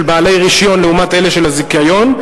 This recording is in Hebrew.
של בעלי רשיון לעומת אלה של בעלי זיכיון.